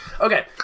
Okay